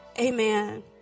Amen